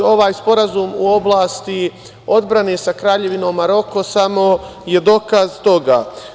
Ovaj sporazum u oblasti odbrane sa Kraljevinom Maroko samo je dokaz toga.